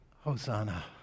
Hosanna